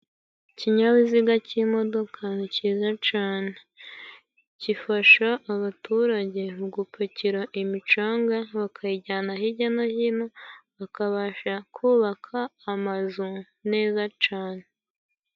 Ikinyabiziga cy'imodoka ni cyiza cane. Gifasha abaturage mu gupakira imicanga bakayijyana hirya no hino bakabasha kubaka amazu neza cane.